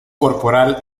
corporal